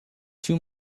too